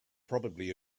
probably